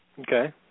Okay